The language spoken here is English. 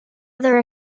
other